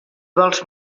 vols